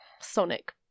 sonic